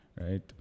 Right